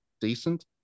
decent